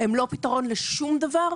-- הם לא פתרון לשום דבר,